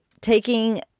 taking